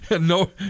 No